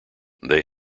they